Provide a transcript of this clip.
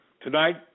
Tonight